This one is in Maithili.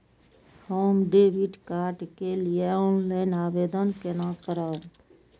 हम डेबिट कार्ड के लिए ऑनलाइन आवेदन केना करब?